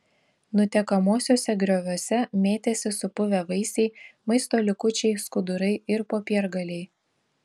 nutekamuosiuose grioviuose mėtėsi supuvę vaisiai maisto likučiai skudurai ir popiergaliai